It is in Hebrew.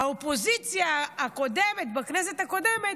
האופוזיציה בכנסת הקודמת